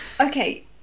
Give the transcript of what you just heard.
Okay